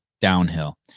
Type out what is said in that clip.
downhill